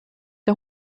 der